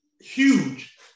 Huge